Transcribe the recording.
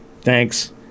thanks